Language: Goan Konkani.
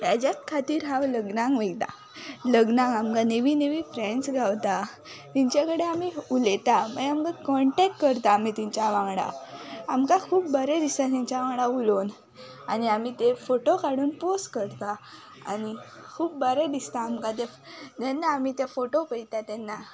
हेज्यात खातीर हांव लग्नाक वयता लग्नाक आमकां नेवी नेवी फ्रॅण्स गावता तेंच्या कडेन आमी उलयता मागीर आमकां कॉण्टॅक करता आमी तेंच्या वांगडा आमकां खूब बरें दिसता तेंच्या वांगडा उलोवन आनी आमी ते फोटो काडून पोस्ट करता आनी खूब बरें दिसता आमकां ते फ जेन्ना आमी ते फोटो पळयता तेन्ना